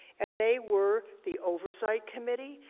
and they were the oversight committee,